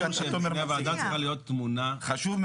בשיח שצריך להיות לפני הוועדה צריכה להיות התמונה הגדולה.